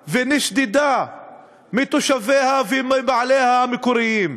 שנגזלה ונשדדה מתושביה ומבעליה המקוריים.